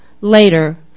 Later